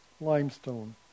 Limestone